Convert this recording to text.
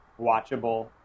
watchable